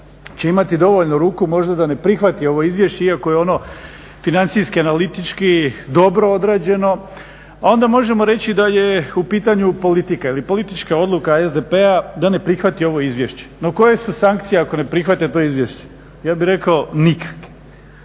će imati dovoljno ruku možda da ne prihvati ovo izvješće iako je ono financijski i analitički dobro odrađeno, a onda možemo reći da je u pitanju politika ili politička odluka SDP-a da ne prihvati ovo izvješće. No koje su sankcije ako ne prihvate to izvješće? Ja bih rekao nikakve.